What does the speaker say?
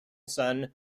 son